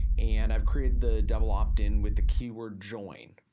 and i've created the double opt-in with the keyword join.